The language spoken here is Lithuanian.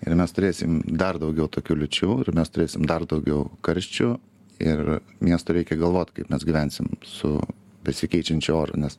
ir mes turėsim dar daugiau tokių liūčių ir mes turėsim dar daugiau karščių ir miestui reikia galvot kaip mes gyvensim su besikeičiančiu oru nes